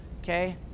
okay